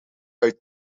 uit